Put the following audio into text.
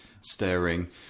staring